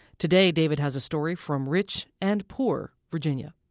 today, david has a story from rich and poor virginia